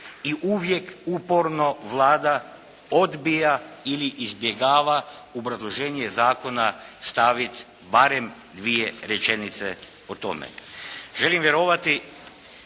i uvijek uporno Vlada odbija ili izbjegava u obrazloženje zakona staviti barem dvije rečenice o tome. Želim vjerovati